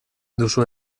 duzu